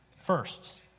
First